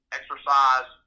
exercise